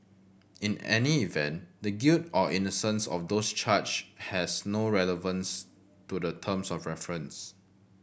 in any event the guilt or innocence of those charged has no relevance to the terms of reference